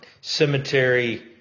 cemetery